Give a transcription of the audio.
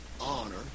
honor